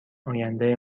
آینده